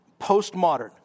postmodern